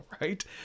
Right